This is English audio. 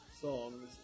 songs